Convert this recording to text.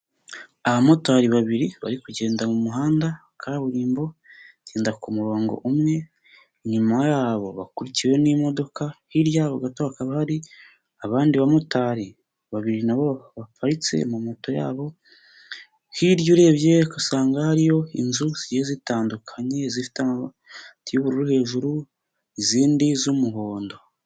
Aba motari babiri bari kugenda mu muhanda wa kaburimbo bagenda ku murongo umwe. Inyuma yabo bakurikiwe n'imodoka. Hirya yabo gato hakaba hari abandi ba motari babiri nabo baparitse ama moto yabo. Hirya urebye usanga hariyo inzu zigiye zitandukanye, zifite amati y'ubururu hejuru izindi z'umuhondo.